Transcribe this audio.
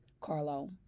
Carlo